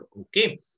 Okay